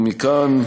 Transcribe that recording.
ומכאן,